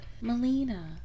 Melina